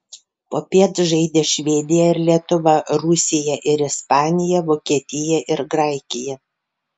popiet žaidė švedija ir lietuva rusija ir ispanija vokietija ir graikija